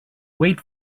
wait